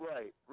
Right